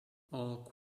all